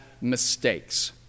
mistakes